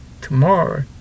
tomorrow